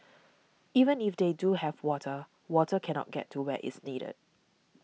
even if they do have water water cannot get to where it's needed